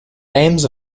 names